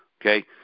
Okay